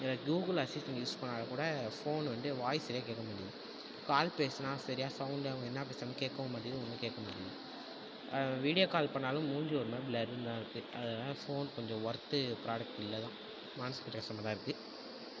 இதுல Google Assistant use பண்ணாலும் கூட ஃபோன் வந்து வாய்ஸ் சரியாக கேட்க மாட்டிங்குது கால் பேசினா சரியாக சவுண்டு அவங்க என்ன பேசுறாங்கன்னு கேட்கவும் மாட்டிங்கிது ஒழுங்காக கேட்கவும் மாட்டிங்குது வீடியோ கால் பண்ணாலும் மூஞ்சு ஒரு மாதிரி ப்ளர்ராக தான் இருக்கு அதனால் ஃபோன் கொஞ்சம் ஒர்த்து ப்ராடக்ட் இல்லை தான் மனசு கொஞ்சம் கஷ்டமாக தான் இருக்கு